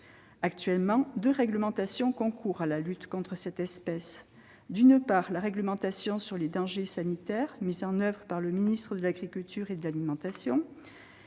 Actuellement, deux réglementations concourent à la lutte contre cette espèce : la réglementation sur les dangers sanitaires, mise en oeuvre par le ministère de l'agriculture et de l'alimentation,